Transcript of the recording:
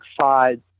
side